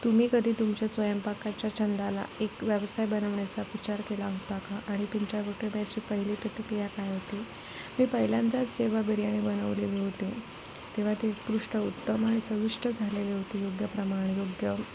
तुम्ही कधी तुमच्या स्वयंपाकाच्या छंदाला एक व्यवसाय बनवण्याचा विचार केला होता का आणि तुमच्या पहिली प्रतिक्रिया काय होती मी पहिल्यांदाच जेव्हा बिर्याणी बनवलेली होती तेव्हा ती उत्कृष्ट उत्तम आणि चविष्ट झालेली होती योग्य प्रमाण योग्य